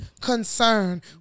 concern